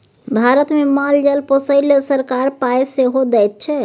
भारतमे माल जाल पोसय लेल सरकार पाय सेहो दैत छै